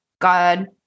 God